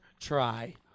try